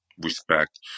respect